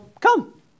come